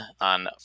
on